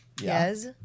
Yes